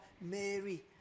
Mary